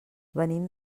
venim